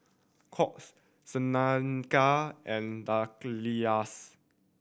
Curt Shaneka and Dallas